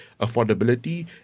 affordability